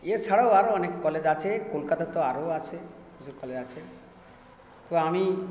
এছাড়াও আরো অনেক কলেজ আছে কলকাতা তো আরো আছে প্রচুর কলেজ আছে তো আমি